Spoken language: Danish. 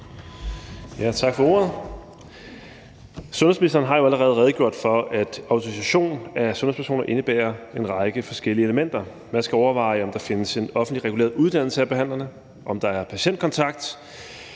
tak for ordet. Sundhedsministeren har jo allerede redegjort for, at autorisation af sundhedspersoner indebærer en række forskellige elementer. Man skal overveje, om der findes en offentligt reguleret uddannelse af behandlerne, om der er patientkontakt,